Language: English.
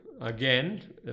again